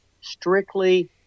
strictly –